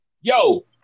yo